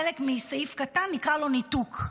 חלק מסעיף קטן, נקרא לו ניתוק.